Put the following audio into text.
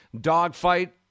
dogfight